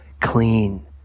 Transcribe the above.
clean